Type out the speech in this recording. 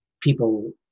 people